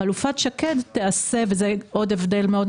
עוד הבדל,